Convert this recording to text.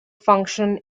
function